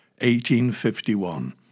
1851